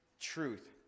truth